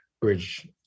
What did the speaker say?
bridge